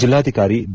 ಜಿಲ್ಲಾಧಿಕಾರಿ ಬಿ